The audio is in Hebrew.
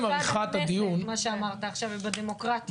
זלזול במוסד הכנסת ובדמוקרטיה.